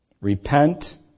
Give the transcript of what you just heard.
repent